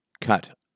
cut